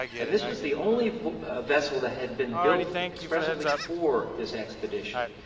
and this was the only vessel that had been built expressively for this expedition.